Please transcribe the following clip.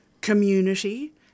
community